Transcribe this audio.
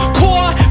core